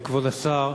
כבוד השר,